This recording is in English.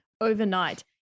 overnight